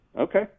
Okay